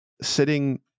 sitting